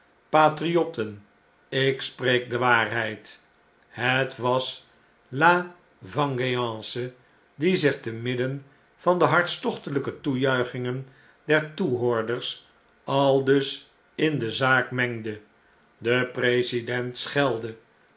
patriotten ik spreek de waarheid het was l a v e n g e a n c e die zich te midden van de hartstochteljjke toejuichingen der toehoorders aldus in de zaak mengde de president schelde